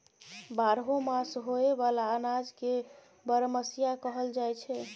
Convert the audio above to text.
बारहो मास होए बला अनाज के बरमसिया कहल जाई छै